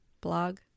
blog